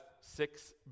six